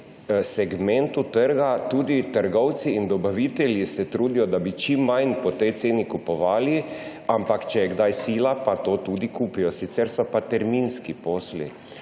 segmentu trga se tudi trgovci in dobavitelji trudijo, da bi čim manj po tej ceni kupovali, ampak če je kdaj sila, to tudi kupijo, sicer so pa terminski posli.